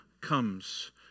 comes